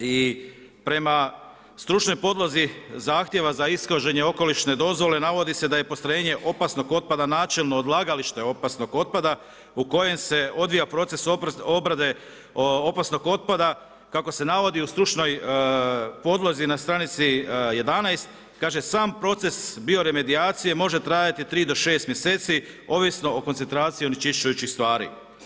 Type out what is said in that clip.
I prema stručnoj podlozi zahtjeva za ishođenje okolišne dozvoli navodi se da je postrojenje opasnog otpada načelno odlagalište opasnog otpada u kojem se odvija proces obrade opasnog otpada kako se navodi u stručnoj podlozi na stranici 11, kaže sam proces bioremedijacije može trajati 3 do 6 mjeseci ovisno o koncentraciji onečišćujućih stvari.